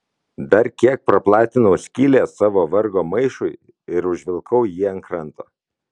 dar kiek praplatinau skylę savo vargo maišui ir užvilkau jį ant kranto